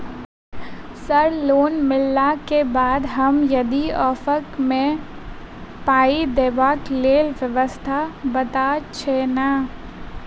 Sir loan मिलला केँ बाद हम यदि ऑफक केँ मे पाई देबाक लैल व्यवस्था बात छैय नै?